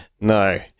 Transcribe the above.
no